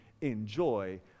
enjoy